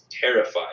terrified